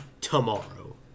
tomorrow